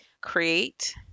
create